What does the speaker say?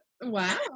wow